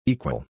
Equal